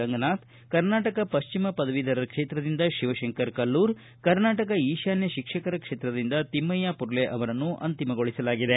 ರಂಗನಾಥ್ ಕರ್ನಾಟಕ ಪಶ್ಚಿಮ ಪದವೀಧರ ಕ್ಷೇತ್ರದಿಂದ ಶಿವಶಂಕರ ಕಲ್ಲೂರ ಕರ್ನಾಟಕ ಈಶಾನ್ಹ ಶಿಕ್ಷಕರ ಕ್ಷೇತ್ರದಿಂದ ತಿಮ್ಮಯ್ಯ ಪುರ್ಲೆ ಅವರನ್ನು ಅಂತಿಮಗೊಳಿಸಲಾಗಿದೆ